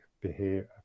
behavior